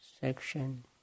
section